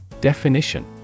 definition